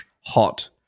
hot